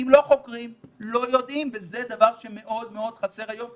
אם לא חוקרים לא יודעים וזה דבר שהוא מאוד-מאוד חסר היום.